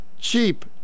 cheap